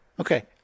Okay